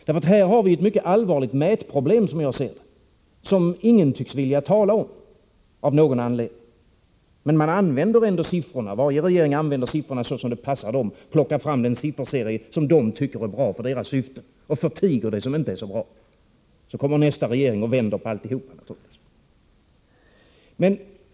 Här har vi, som jag ser det, ett mycket allvarligt mätproblem som ingen tycks vilja tala om. Varje regering använder siffrorna såsom det passar den och plockar fram den sifferserie som den tycker är bra för dess syften och förtiger det som inte är så bra. Så kommer nästa regering och vänder på alltihop.